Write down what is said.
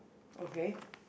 okay